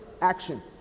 action